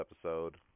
episode